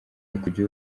ukomeye